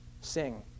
Sing